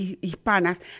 hispanas